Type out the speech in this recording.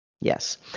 yes